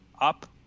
up